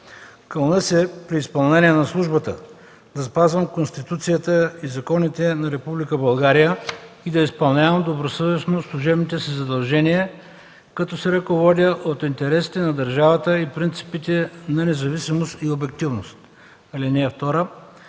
„Кълна се при изпълнение на службата да спазвам Конституцията и законите на Република България и да изпълнявам добросъвестно служебните си задължения като се ръководя от интересите на държавата и принципите на независимост и обективност.” (2)